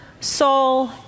soul